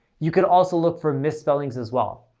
you could also look for misspellings as well.